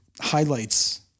highlights